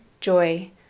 joy